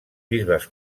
bisbes